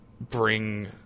bring